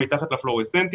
מתחת לפלורסנט,